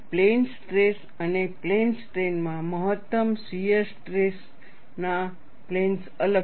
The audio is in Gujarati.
પ્લેન સ્ટ્રેસ અને પ્લેન સ્ટ્રેઈન માં મહત્તમ શીયર સ્ટ્રેસ ના પ્લેન્સ અલગ છે